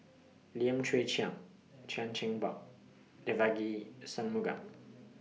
Lim Chwee Chian Chan Chin Bock Devagi Sanmugam